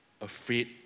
afraid